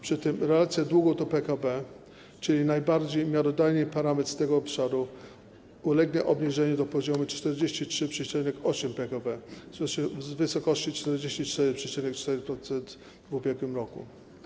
Przy tym relacja długu do PKB, czyli najbardziej miarodajny parametr z tego obszaru, ulegnie obniżeniu do poziomu 43,8% PKB z wysokości 44,4% w ubiegłym roku.